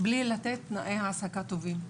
בלי לתת תנאי העסקה טובים.